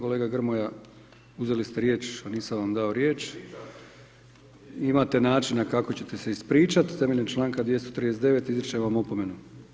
Kolega Grmoja, uzeli ste riječ a nisam vam dao riječ, imate načina kako ćete se ispričati, temeljem članka 239., izričem vam opomenu.